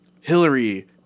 Hillary